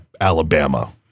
Alabama